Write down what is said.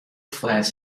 flats